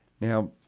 Now